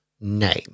name